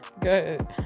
Good